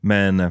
Men